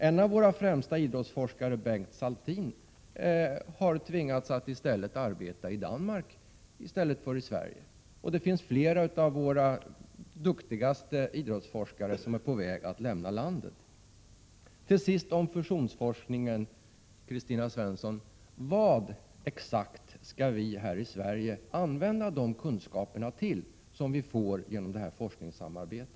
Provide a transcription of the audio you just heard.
En av våra främsta idrottsforskare, Bengt Saltin, har tvingats arbeta i Danmark i stället för i Sverige, och fler av våra duktiga idrottsforskare är på väg att lämna landet. Till sist några ord om fusionsforskning, Kristina Svensson. Vad exakt skall vi här i Sverige använda de kunskaper till som vi får genom detta forskningssamarbete?